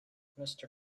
mister